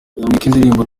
indirimbo